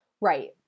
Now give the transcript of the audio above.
Right